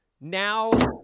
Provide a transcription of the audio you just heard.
now